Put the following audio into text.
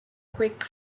quick